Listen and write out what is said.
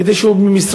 כדי שהוא ומשרדו,